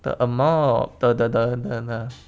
the amount of the the the the the